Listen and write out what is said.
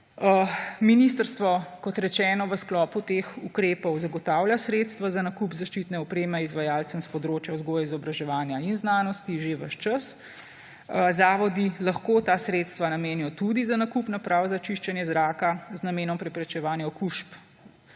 Ministrstvo, kot rečeno, v sklopu teh ukrepov zagotavlja sredstva za nakup zaščitne opreme izvajalcem s področja vzgoje, izobraževanja in znanosti že ves čas. Zavodi lahko ta sredstva namenijo tudi za nakup naprav za čiščenje zraka z namenom preprečevanja okužb